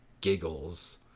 giggles